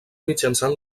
mitjançant